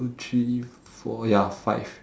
two three four ya five